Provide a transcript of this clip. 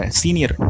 senior